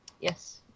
Yes